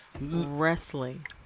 Wrestling